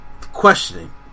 questioning